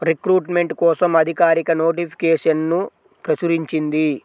recruitment కోసం అధికారిక నోటిఫికేషన్ను ప్రచురించింది